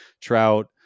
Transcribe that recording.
trout